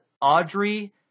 Audrey